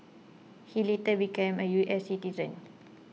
he later became a U S citizen